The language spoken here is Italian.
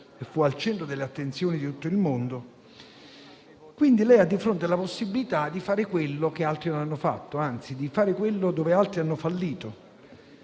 e fu al centro delle attenzioni di tutto il mondo. Quindi lei ha di fronte la possibilità di fare quello che altri non hanno fatto, anzi di riuscire dove altri hanno fallito.